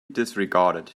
disregarded